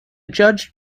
judge